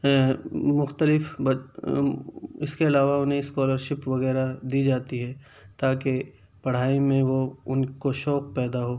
مختلف اس کے علاوہ انہیں اسکالرشپ وغیرہ دی جاتی ہے تاکہ پڑھائی میں وہ ان کو شوق پیدا ہو